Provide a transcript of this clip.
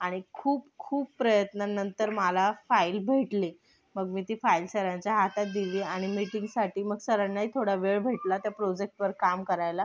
आणि खूप खूप प्रयत्नानंतर मला फाईल भेटली मग मी ती फाईल सरांच्या हातात दिली आणि मीटिंगसाठी मग सरांनाही थोडा वेळ भेटला त्या प्रोजेक्टवर काम करायला